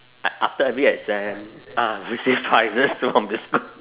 like after every exam ah receive prizes from the school